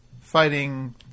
fighting